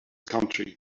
country